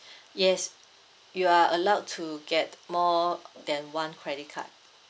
yes you are allowed to get more than one credit card